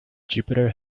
jupiter